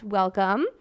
welcome